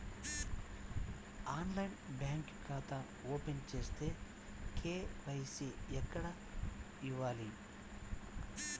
ఆన్లైన్లో బ్యాంకు ఖాతా ఓపెన్ చేస్తే, కే.వై.సి ఎక్కడ ఇవ్వాలి?